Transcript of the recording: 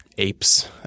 Apes